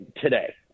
today